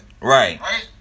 Right